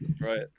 right